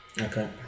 Okay